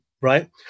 Right